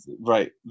right